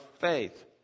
faith